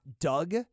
Doug